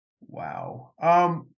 wow